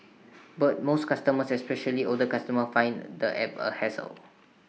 but most customers especially older customer find the app A hassle